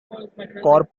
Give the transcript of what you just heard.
corporate